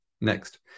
Next